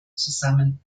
zusammen